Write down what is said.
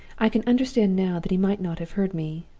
i can understand now that he might not have heard me.